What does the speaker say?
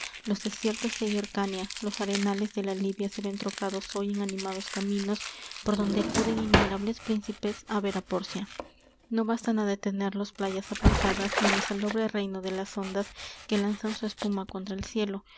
los desiertos de hircania los arenales de la libia se ven trocados hoy en animados caminos por donde acuden innumerables príncipes á ver á pórcia no bastan á detenerlos playas apartadas ni el salobre reino de las ondas que lanzan su espuma contra el cielo